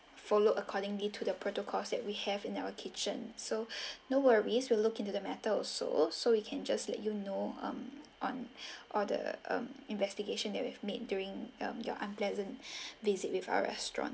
follow accordingly to the protocols that we have in our kitchen so no worries we will look into the matter also so we can just let you know um on all the investigation that we've made during um your unpleasant visit with our restaurant